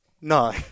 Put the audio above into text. no